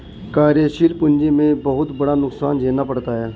कार्यशील पूंजी में बहुत बड़ा नुकसान झेलना पड़ता है